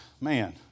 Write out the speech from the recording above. man